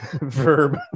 Verb